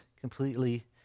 completely